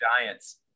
Giants